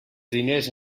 diners